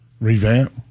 Revamp